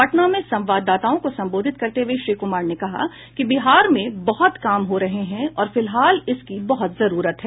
पटना में संवाददाताओं को संबोधित करते हुए श्री कुमार ने कहा कि बिहार में बहुत काम हो रहे हैं और फिलहाल इसकी बहुत जरूरत है